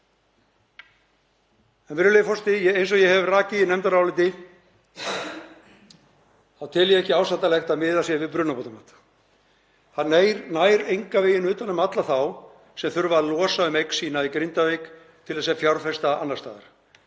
Virðulegur forseti. Eins og ég hef rakið í nefndaráliti þá tel ég ekki ásættanlegt að miðað sé við brunabótamat. Það nær engan veginn utan um alla þá sem þurfa að losa um eign sína í Grindavík til að fjárfesta annars staðar.